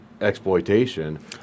exploitation